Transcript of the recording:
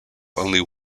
only